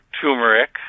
turmeric